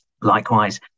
Likewise